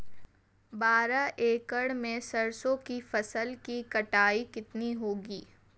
बारह एकड़ में सरसों की फसल की कटाई कितनी होगी?